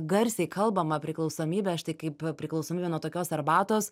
garsiai kalbamą priklausomybę štai kaip priklausomybę nuo tokios arbatos